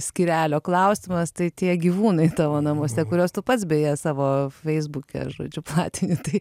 skyrelio klausimas tai tie gyvūnai tavo namuose kuriuos tu pats beje savo feisbuke žodžiu platini tai